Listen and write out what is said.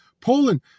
Poland